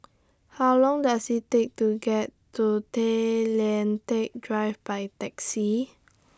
How Long Does IT Take to get to Tay Lian Teck Drive By Taxi